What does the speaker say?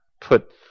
put